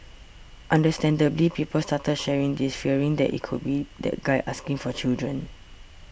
understandably people started sharing this fearing that it could be that guy asking for children